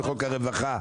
בחוק הרווחה,